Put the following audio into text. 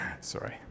Sorry